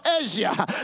Asia